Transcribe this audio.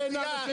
זה לא הגיוני.